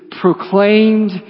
proclaimed